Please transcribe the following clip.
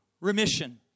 remission